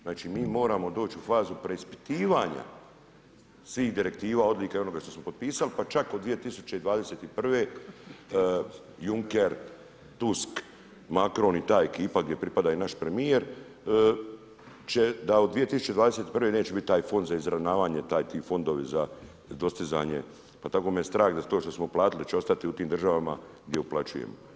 Znači mi moramo doći u fazu preispitivanja svih direktiva, odlika i onog što smo potpisali pa čak do 2021., Juncker, Tusk, Macron i ta ekipa gdje pripada i naš premijer će da od 2021. neće biti taj fond za izravnavanje, ti fondovi za dostizanje, pa tako me strah da to što smo platiti da će ostati u tim državama gdje uplaćujemo.